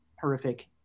horrific